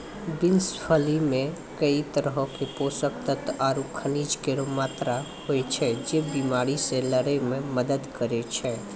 beans फली मे कई तरहो क पोषक तत्व आरु खनिज केरो मात्रा होय छै, जे बीमारी से लड़ै म मदद करै छै